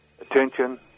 Attention